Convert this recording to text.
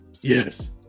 Yes